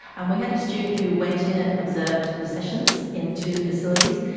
and we had a student who went in and observe the sessions in two facilities,